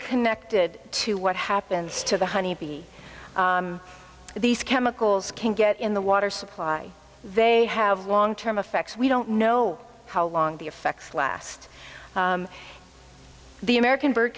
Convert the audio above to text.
connected to what happens to the honeybee these chemicals can get in the water supply they have long term effects we don't know how long the effects last the american b